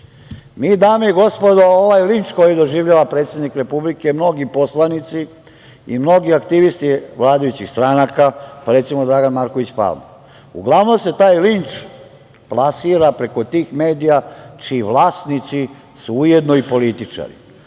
dame i gospodo, ovaj linč koji doživljava predsednik Republike, mnogi poslanici i mnogi aktivisti vladajućih stranaka, pa recimo, Dragan Marković Palma, uglavnom se taj linč plasira preko tih medija čiji vlasnici su ujedno i političari. Zato